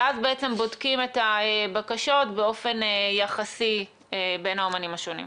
ואז בודקים את הבקשות באופן יחסי בין האומנים השונים?